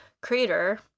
creator